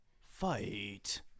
Fight